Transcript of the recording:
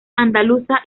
andaluza